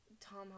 Tom